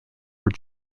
were